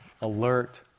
alert